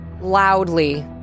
loudly